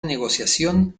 negociación